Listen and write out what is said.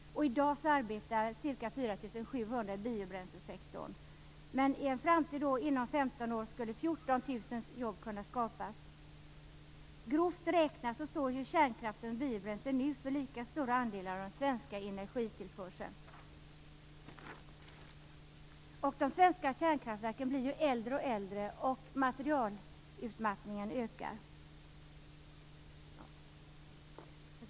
I dag arbetar ca 4 700 i biobränslesektorn, men i en framtid, inom 15 år, skulle 14 000 jobb kunna skapas. Grovt räknat står kärnkraften och biobränslet nu för lika stora andelar av den svenska energitillförseln. De svenska kärnkraftverken blir äldre och äldre, och materialutmattningen ökar.